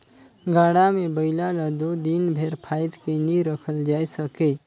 गाड़ा मे बइला ल दो दिन भेर फाएद के नी रखल जाए सके